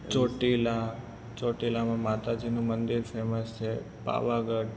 ચોટીલા ચોટીલામાં માતાજીનું મંદિર ફેમસ છે પાવાગઢ